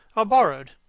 are borrowed.